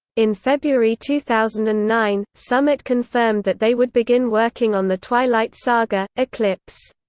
in february two thousand and nine, summit confirmed that they would begin working on the twilight saga eclipse.